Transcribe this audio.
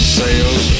sales